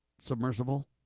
submersible